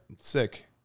sick